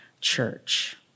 church